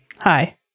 hi